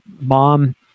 mom